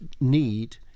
need